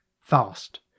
Fast